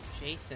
Jason